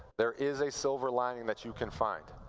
there is a silver lining that you can find.